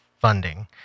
funding